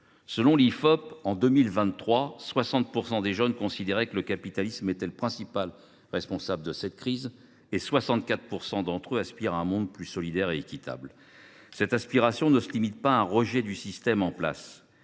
(Ifop), en 2023, 60 % des jeunes considéraient que le capitalisme était le principal responsable de cette crise et 64 % d’entre eux aspiraient à un monde plus solidaire et équitable. Cette aspiration ne se limite pas à un rejet du système en place.